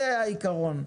זה העיקרון.